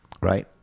Right